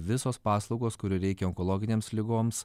visos paslaugos kurių reikia onkologinėms ligoms